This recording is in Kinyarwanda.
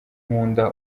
nkunda